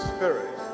Spirit